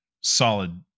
solid